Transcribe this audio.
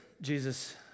Jesus